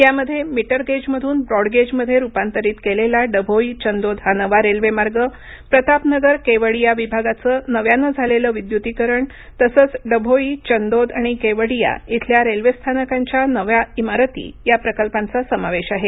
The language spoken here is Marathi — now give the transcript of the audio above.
यामध्ये मीटर गेजमधून ब्रॉडगेजमध्ये रुपांतरित केलेला डभोई चंदोद हा नवा रेल्वेमार्ग प्रतापनगर केवडिया विभागाचं नव्यानं झालेलं विद्युतीकरण तसंच डभोई चंदोद आणि केवडिया इथल्या रेल्वेस्थानकांच्या नव्या इमारती या प्रकल्पांचा समावेश आहे